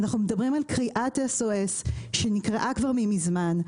אנחנו מדברים על קריאת SOS כבר מזמן,